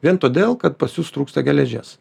vien todėl kad pas jus trūksta geležies